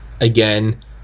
again